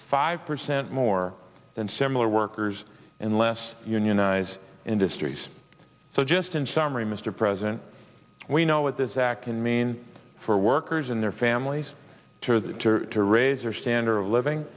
five percent more than similar workers in less unionized industries so just in summary mr president we know what this act can mean for workers and their families to to raise their standard of living